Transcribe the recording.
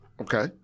Okay